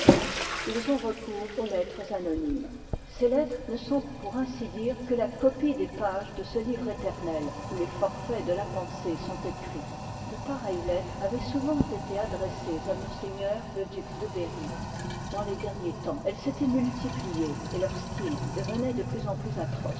ils ont recours aux lettres anonymes ces lettres ne sont pour ainsi dire que la copie des pages de ce livre éternel où les forfaits de la pensée sont écrits de pareilles lettres avoient souvent été adressées à m le duc de berry dans les derniers temps elles s'étoient multipliées et leur style devenoit de plus en plus atroce